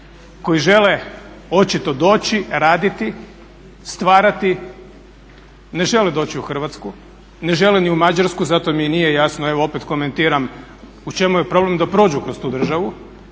koji žele očito doći raditi, stvarati. Ne žele doći u Hrvatsku, ne žele ni u Mađarsku, zato mi i nije jasno evo opet komentiram u čemu je problem da prođu kroz tu državu.